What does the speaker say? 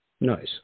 Nice